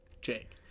Jake